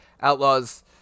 Outlaws